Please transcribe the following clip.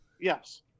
yes